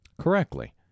Correctly